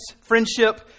friendship